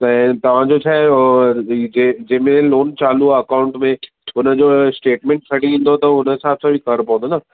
ऐं तव्हांजो छाहे ओर जंहिंमें लोन चालू आहे अकाउंट में हुन जो स्टेटमैंट खणी ईंदो त हुन जे हिसाबु सां बि फ़र्क़ु पवंदो न